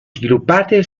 sviluppate